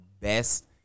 best